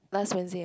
last Wednesday ah